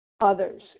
others